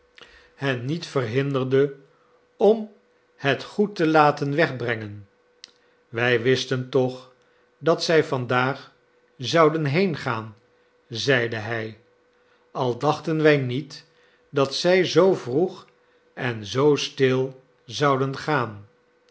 hen niet verhinderde om het goed te laten wegbrengen wij wisten toch dat zij vandaag zouden heengaan zeide hij al dachten wij niet dat zij zoo vroeg of zoo stil zouden gaan